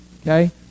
Okay